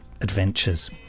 adventures